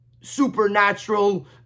supernatural